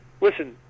listen